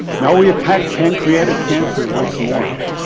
now we attack pancreatic cancer once more.